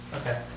Okay